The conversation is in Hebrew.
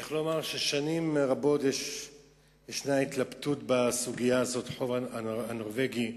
אני יכול לומר ששנים רבות ישנה התלבטות בסוגיה הזאת של החוק הנורבגי,